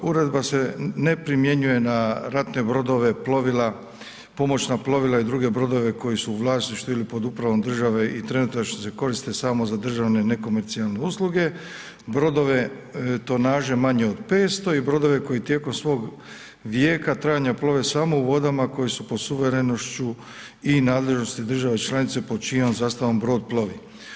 Uredba se ne primjenjuje na ratne brodove, plovila, pomoćna plovila i druge brodove koji su u vlasništvu ili pod upravom države i trenutačno se koristi samo za državne nekomercijalne usluge, brodove tonaže manje od 500 i brodove koji tijekom svog vijeka trajanja plove samo u vodama koje su po suverenošću i nadležnosti države članice pod čijom zastavom brod plovi.